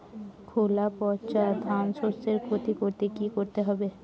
খোলা পচা ধানশস্যের ক্ষতি করলে কি করতে হবে?